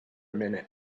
minute